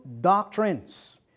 doctrines